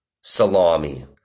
salami